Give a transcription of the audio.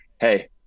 hey